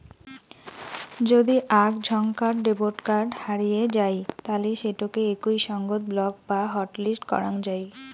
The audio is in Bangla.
যদি আক ঝন্কার ডেবট কার্ড হারিয়ে যাই তালি সেটোকে একই সঙ্গত ব্লক বা হটলিস্ট করাং যাই